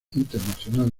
internacional